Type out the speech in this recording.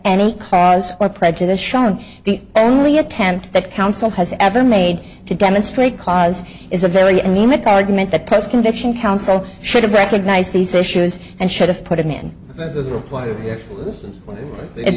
any clause or prejudice shown the only attempt that council has ever made to demonstrate cause is a very anemic argument that post conviction council should have recognized these issues and should have put it in